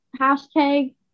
hashtag